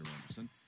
Anderson